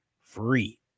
free